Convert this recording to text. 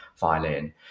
violin